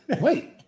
Wait